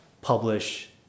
publish